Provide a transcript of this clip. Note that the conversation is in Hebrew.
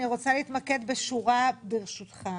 אני רוצה להתמקד בשורה אחת, ברשותך.